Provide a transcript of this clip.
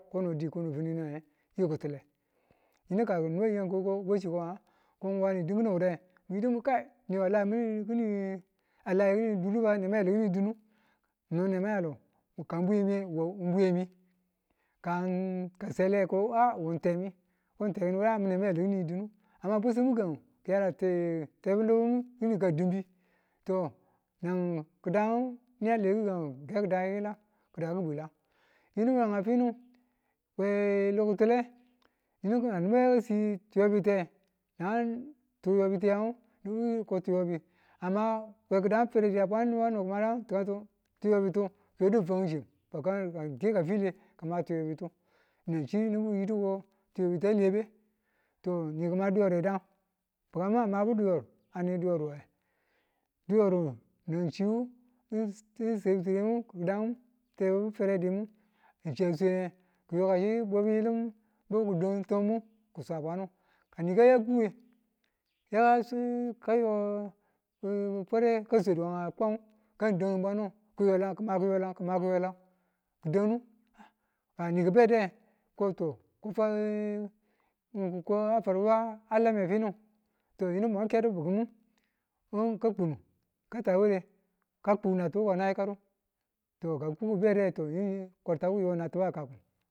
Kono di kono finanag yi ki̱tule yinu ka niba yan ko wachi ko nga dinkinu wure muyi mwi kai niwu alai kini duru nema yalu dunu ki̱ni dinu kang bwiyemiye bwiyemi kan ka sele ko a nga wu temi. Ko temi nema yalu ki̱ni di̱nu amma bwesimu gi̱gang ki̱yala tebu nubunu ki̱ni ka dimbi to nan kidan niyan le gi̱gan ng ke kidan ki bwila yinu we a finu we lokitule kanibu yaka si tiyobeti yanngu tiyan ngu tiyobitu yan ngu nibu kiyiduko tiyobi amma we ki̱dan ferediyan a bwa ni̱bu tiyobitu ki̱yodu we fangim chim keko file kima tiyobitu nan chi nibu ki̱yidu ko tiyobitu alebe, to ni kima diyore dan bi̱kammu a mabu diyorwe, ane diyorwe diyon nanchi secibi chiremu kidan ngu selibu fere diyan ngu shiya swenge kiyo kasi bwew le bi ki dang timinbu kiswabwanu kani kaya kuwe ya kayo fere kaswedu we kwam kanu dan bwanu kima kiyolan ki ma kiyola kidandu kani ki bede ko to ku ko fakwarbu a lame finu to yinu mun kedu bikimu bon ka kunu ka ta ware ka kuk nati̱bu to ko ng ti nan yikadu to ka ku kibede to yinu kwartabu ki̱yu nati̱bu a kaku